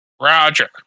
Roger